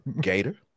Gator